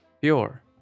Pure